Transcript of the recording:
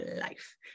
life